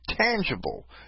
tangible